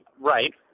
right